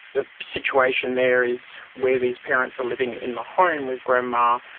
the situation there is where these parents are living in the home with grandma,